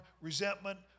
resentment